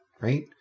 right